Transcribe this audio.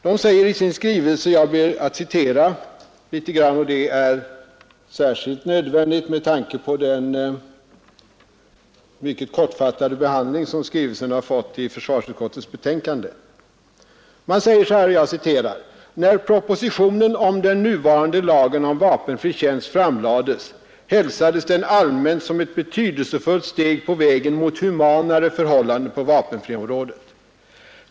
Jag ber att få citera ur skrivelsen — det är särskilt nödvändigt med tanke på den mycket kortfattade behandling som skrivelsen har fått i försvarsutskottets betänkande. ”När propositionen om den nuvarande lagen om vapenfri tjänst framlades, hälsades den allmänt som ett betydelsefullt steg på vägen mot humanare förhållanden på vapenfriområdet.